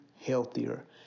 healthier